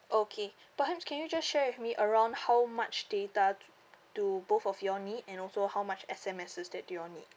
okay perhaps can you just share with me around how much data do do both of you all need and also how much S_M_Ss that you all need